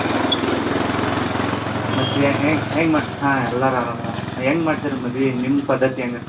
ಹಾಂ ಹ್ಞೂ ಮತ್ತೇ ಹೆಂಗೆ ಮಾ ಹಾಂ ಎಲ್ಲರು ಆರಾಮಿದಾರೆ ಹೆಂಗ್ ಮಾಡ್ತೀರಾ ಮದುವೆ ನಿಮ್ಮ ಪದ್ದತಿಯಂಗೆ